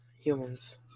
Humans